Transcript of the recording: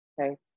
okay